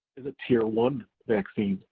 is a tier one vaccine,